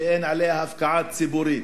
שאין עליה הפקעה ציבורית?